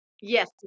Yes